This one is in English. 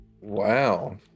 Wow